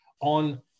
On